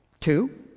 Two